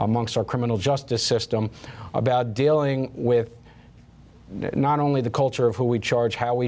amongst our criminal justice system about dealing with not only the culture of who we charge how we